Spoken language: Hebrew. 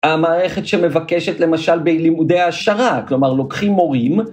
המערכת שמבקשת, למשל, בלימודי העשרה, כלומר, לוקחים מורים.